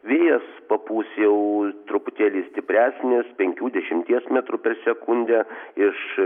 vėjas papūs jau truputėlį stipresnės penkių dešimties metrų per sekundę iš